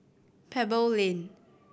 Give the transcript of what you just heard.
Pebble Lane